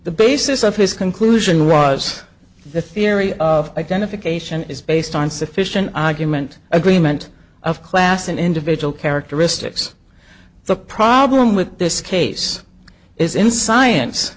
the basis of his conclusion was the theory of identification is based on sufficient argument agreement of class and individual characteristics the problem with this case is in science